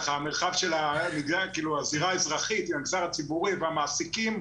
החברה האזרחית והמגזר הציבורי והמעסיקים,